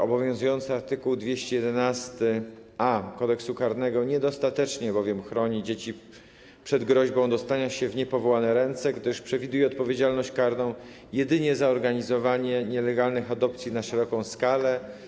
Obowiązujący art. 211a Kodeksu karnego niedostatecznie bowiem chroni dzieci przed groźbą dostania się w niepowołane ręce, gdyż przewiduje odpowiedzialność karną jedynie za organizowanie nielegalnych adopcji na szeroką skalę.